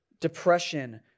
depression